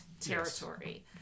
territory